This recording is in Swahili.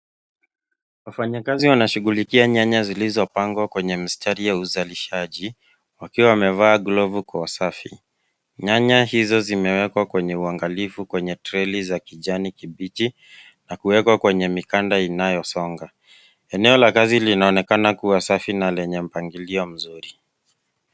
Wafanyikazi wanashughulikia nyanya zilizopangwa kwenye mistari ya uzalishaji wakiwa wamevaa glovu kwa usafi. Nyanya hizo zimewekwa kwa uangalifu kwenye treli za kijani kibichi na kuwekwa kwenye mikanda inayosonga. Eneo la kazi linaonekana kuwa safi na lenye mpangilio mzuri.